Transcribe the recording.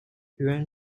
yuan